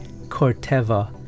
Corteva